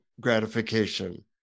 gratification